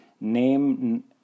name